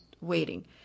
waiting